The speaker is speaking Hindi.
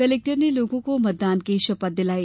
कलेक्टर ने लोगों को मतदान की शपथ दिलाई